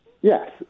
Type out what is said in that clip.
Yes